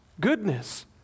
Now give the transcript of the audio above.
goodness